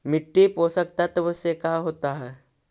मिट्टी पोषक तत्त्व से का होता है?